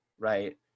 Right